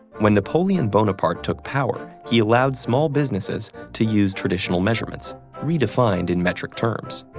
when napoleon bonaparte took power, he allowed small businesses to use traditional measurements redefined in metric terms.